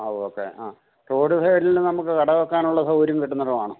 ആ ഓക്കെ ആ റോഡ് സൈഡിൽ നമുക്ക് കട വയ്ക്കാനുള്ള സൗകര്യം കിട്ടുന്ന ഇടം ആണോ